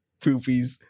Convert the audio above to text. poopies